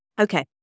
Okay